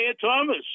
Thomas